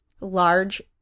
large